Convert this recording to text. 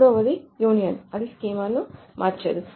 మూడవది యూనియన్ అది స్కీమాను మార్చదు